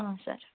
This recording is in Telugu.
సరే